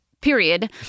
period